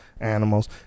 animals